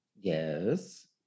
yes